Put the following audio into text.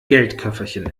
geldköfferchen